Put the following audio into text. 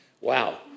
Wow